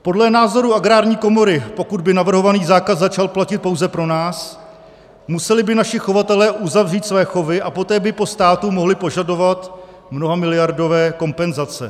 Podle názoru Agrární komory, pokud by navrhovaný zákaz začal platit pouze pro nás, museli by naši chovatelé uzavřít své chovy a poté by po státu mohli požadovat mnohamiliardové kompenzace.